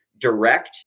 direct